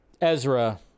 Ezra